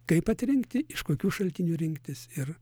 kaip atrinkti iš kokių šaltinių rinktis ir